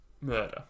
murder